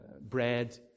bread